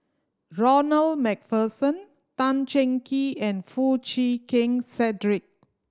Ronald Macpherson Tan Cheng Kee and Foo Chee Keng Cedric